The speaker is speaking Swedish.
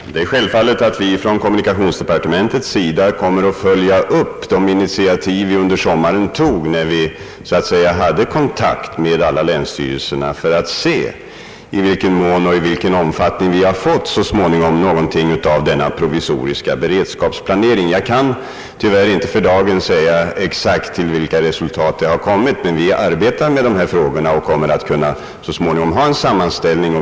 Herr talman! Det är självfallet att vi från kommunikationsdepartementets sida kommer att följa upp de initiativ som vi tog under sommaren när vi hade kontakt med alla länsstyrelser för att se i vilken omfattning man har fått fram denna provisoriska beredskapsplanering. Vi arbetar med dessa frågor, och vi kommer att så småningom få en sammanställning.